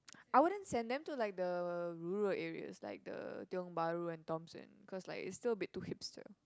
I wouldn't send them to like the rural areas like the Tiong-Bahru and Thomson cause like it's still a bit too Hipster